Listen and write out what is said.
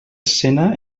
escena